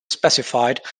specified